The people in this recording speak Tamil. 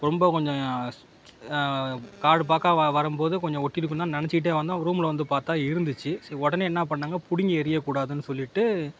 ரொம்ப கொஞ்சம் காடு பார்க்கா வ வரும் போது கொஞ்சம் ஒட்டியிருக்கும்னு தான் நினச்சிக்கிட்டே வந்தோம் ரூமில் வந்து பார்த்தா இருந்துச்ச் சரி உடனே என்ன பண்ணாங்கள் பிடுங்கி எறியக் கூடாதுனு சொல்லிட்டு